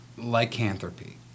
Lycanthropy